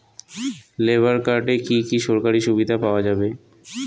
Labour কার্ডে কি কি সরকারি সুবিধা পাওয়া যাবে?